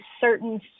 certain